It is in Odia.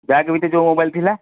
ବ୍ୟାଗ୍ ଭିତରେ ଯେଉଁ ମୋବାଇଲ୍ ଥିଲା